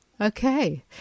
Okay